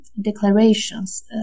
declarations